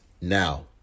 now